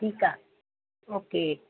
ठीकु आहे ओके